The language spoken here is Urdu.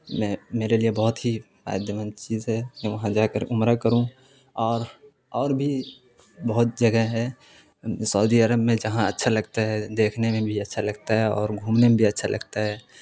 میں میرے لیے بہت ہی فائدے مند چیز ہے میں وہاں جا کر عمرہ کروں اور اور بھی بہت جگہ ہے سعودی عرب میں جہاں اچھا لگتا ہے دیکھنے میں بھی اچھا لگتا ہے اور گھومنے میں بھی اچھا لگتا ہے